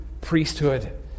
priesthood